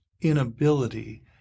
inability